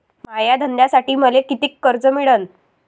माया धंद्यासाठी मले कितीक कर्ज मिळनं?